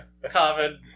COVID